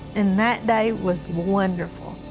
and that day was wonderful.